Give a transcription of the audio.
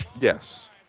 Yes